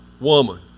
woman